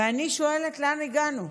ואני שואלת לאן הגענו.